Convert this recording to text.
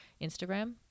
Instagram